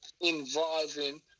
involving